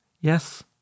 yes